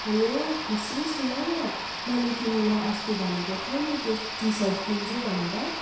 hello खुसी सुन न मैले तिमीलाई अस्ति भनेको थिएँ नि त्यो टी सर्ट किन्छु भनेर